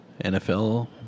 NFL